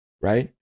Right